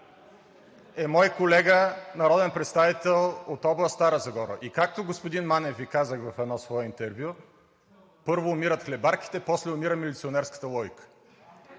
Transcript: е мой колега народен представител от област Стара Загора. И както господин Манев, Ви казах в едно свое интервю, първо – умират хлебарките, после умира милиционерската логика.